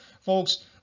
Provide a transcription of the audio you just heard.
Folks